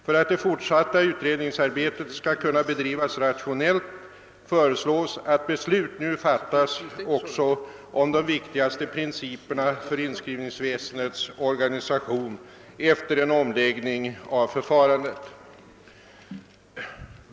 För att det fortsatta utredningsarbetet skall kunna bedrivas rationellt föreslås att beslut nu fattas också om de viktigaste principerna för inskrivningsväsendets organisation efter en omläggning av förfarandet.